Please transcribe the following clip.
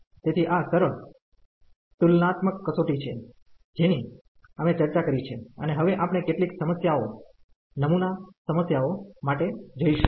તેથી આ સરળ તુલનાત્મક કસોટી છે જેની અમે ચર્ચા કરી છે અને હવે આપણે કેટલીક સમસ્યાઓ નમૂના સમસ્યાઓ માટે જઈશું